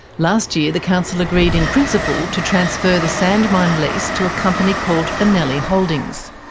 last year the council agreed in principle to transfer the sand mine lease to a company called benelli holdings.